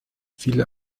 viele